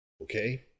Okay